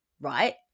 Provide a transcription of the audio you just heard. right